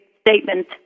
statement